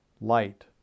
light